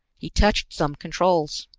he touched some controls.